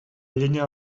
llenya